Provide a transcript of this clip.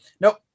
Nope